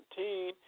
2017